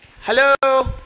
hello